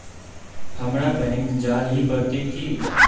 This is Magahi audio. हमरा बैंक जाल ही पड़ते की?